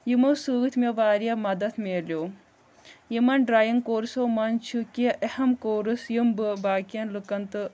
یِمو سۭتۍ مےٚ واریاہ مَدَتھ میلیو یِمن ڈرایِنٛگ کورسو منٛز چھِ کیٚنٛہہ اہم کورٕس یِم بہٕ باقٕیَن لٕکَن تہٕ